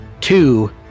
Two